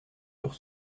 sur